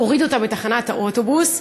הוריד אותה בתחנת האוטובוס,